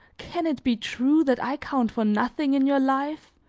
can it be true that i count for nothing in your life,